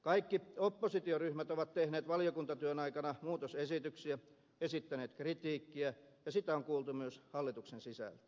kaikki oppositioryhmät ovat tehneet valiokuntatyön aikana muutosesityksiä ja esittäneet kritiikkiä ja sitä on kuultu myös hallituksen sisällä